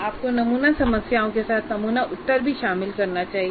आपको नमूना समस्याओं के साथ नमूना उत्तर भी शामिल करना चाहिए